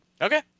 Okay